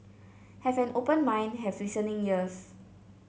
have an open mind have listening ears